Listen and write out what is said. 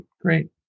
great